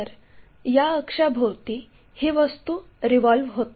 तर या अक्षाभोवती ही वस्तू रिव्हॉल्व होते